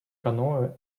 canoe